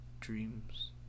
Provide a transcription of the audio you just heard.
dreams